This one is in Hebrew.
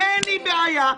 אין לי בעיה.